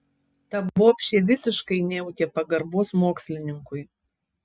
ta bobšė visiškai nejautė pagarbos mokslininkui